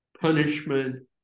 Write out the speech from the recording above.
punishment